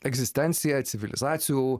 egzistenciją civilizacijų